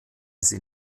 sie